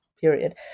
period